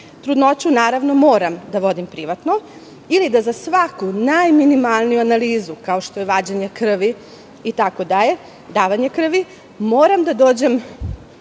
Trudnoću, naravno, moram da vodim privatno ili da za svaku najminimalniju analizu, kao što je vađenje krvi, davanje krvi, itd. moram da dođem,